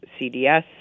CDS